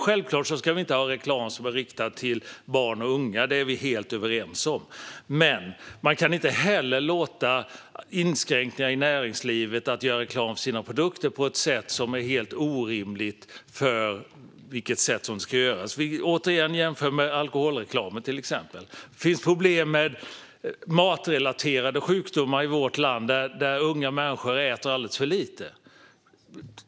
Självklart ska det inte finnas någon reklam som riktas till barn och unga. Det är vi helt överens om. Men vi kan inte heller göra helt orimliga inskränkningar för näringslivet så att företag inte kan göra reklam för sina produkter. Vi kan återigen jämföra med förhållandena för alkoholreklam. Vidare finns det i vårt land problem med matrelaterade sjukdomar då unga människor äter alldeles för lite.